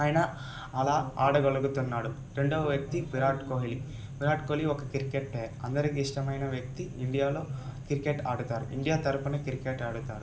ఆయన అలా ఆడ గలుగుతున్నాడు రెండవ వ్యక్తి విరాట్ కోహ్లీ విరాట్ కోహ్లీ ఒక క్రికెట్ మ్యాన్ అందరికీ ఇష్టమైన వ్యక్తి ఇండియాలో క్రికెట్ ఆడుతారు ఇండియా తరపున క్రికెట్ ఆడుతారు